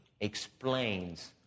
explains